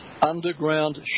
underground